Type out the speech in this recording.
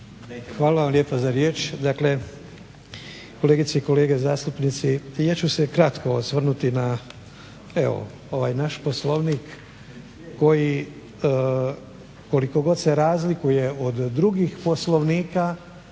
Hvala vam lijepa za riječ. Kolegice i kolege zastupnici. Ja ću se kratko osvrnuti na ovaj naš Poslovnik koji koliko god se razlikuje od drugih poslovnika